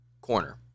Corner